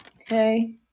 Okay